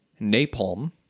napalm